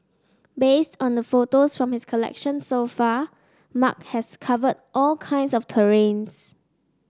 based on the photos from his collection so far Mark has covered all kinds of terrains